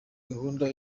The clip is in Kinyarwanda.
gahunda